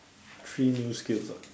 three new skills ah